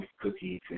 cookies